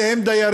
אלה הם דיירים